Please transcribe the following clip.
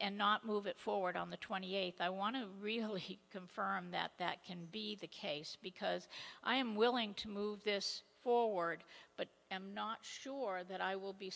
and not move it forward on the twenty eighth i want to real he confirmed that that can be the case because i am willing to move this forward but i'm not sure that i will be